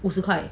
五十块